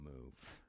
move